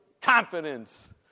confidence